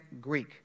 Greek